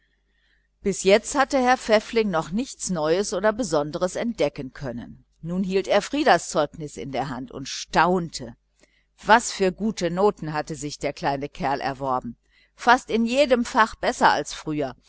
bis jetzt hatte herr pfäffling noch nichts neues oder besonderes entdecken können und nun hielt er frieders zeugnis in der hand und staunte was für gute noten hatte sich der kleine kerl diesmal erworben fast in jedem fach besser als früher